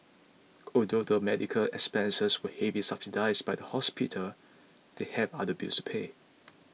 although the medical expenses were heavily subsidised by the hospital they had other bills to pay